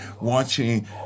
watching